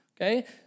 Okay